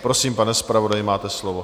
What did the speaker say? Prosím, pane zpravodaji, máte slovo.